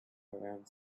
around